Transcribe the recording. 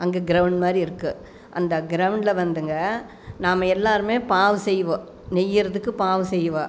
அங்கே க்ரௌண்ட் மாதிரி இருக்குது அந்த க்ரௌண்டில் வந்துங்க நாம்ப எல்லோருமே பாவம் செய்வோம் நெய்யுறதுக்கு பாவம் செய்வோம்